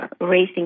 racing